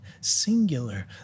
singular